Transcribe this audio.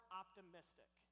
optimistic